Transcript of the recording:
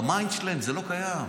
ב-mind שלהם זה לא קיים.